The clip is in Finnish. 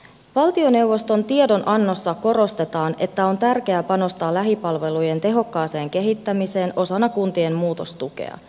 valtioneuvoston tiedonannossa korostetaan että on tärkeää panostaa lähipalvelujen tehokkaaseen kehittämiseen osana kuntien muutostukea